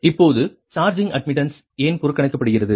இப்போது charging admittance ஏன் புறக்கணிக்கப்படுகிறது